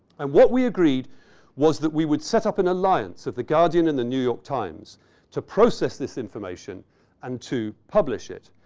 and what we agreed was that we would set up an alliance of the guardian and the new york times to process this information and to publish it.